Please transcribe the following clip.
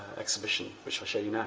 exhibition which i'll show you